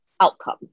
outcome